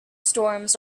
storms